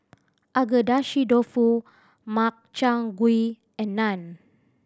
Agedashi Dofu Makchang Gui and Naan